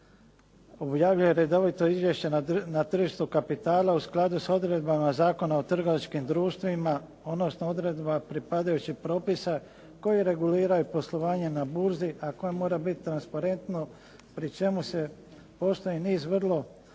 objavljuje redovito izvješće na tržištu kapitala u skladu s odredbama Zakona o trgovačkim društvima odnosno odredbama pripadajućih propisa koji reguliraju poslovanje na burzi a koje mora biti transparentno pri čemu se postoji niz vrlo